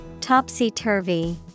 topsy-turvy